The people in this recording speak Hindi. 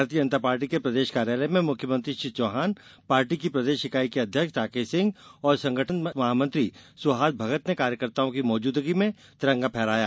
भारतीय जनता पार्टी के प्रदेश कार्यालय में मुख्यमंत्री श्री चौहान पार्टी की प्रदेश इकाई के अध्यक्ष राकेश सिंह और संगठन महामंत्री सुहास भगत ने कार्यकर्ताओं की मौजूदगी में तिरंगा फहराया